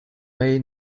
may